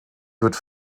wird